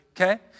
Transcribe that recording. okay